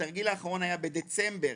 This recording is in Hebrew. התרגיל האחרון היה בדצמבר.